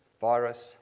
virus